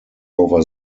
over